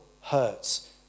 hurts